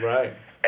Right